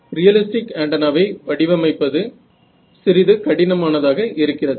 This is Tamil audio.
ரியலிஸ்டிக் ஆண்டனாவை வடிவமைப்பது சிறிது கடினமானதாக இருக்கிறது